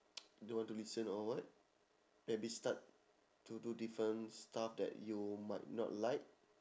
don't want to listen or what maybe start to do different stuff that you might not like